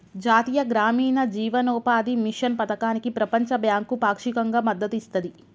జాతీయ గ్రామీణ జీవనోపాధి మిషన్ పథకానికి ప్రపంచ బ్యాంకు పాక్షికంగా మద్దతు ఇస్తది